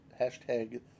hashtag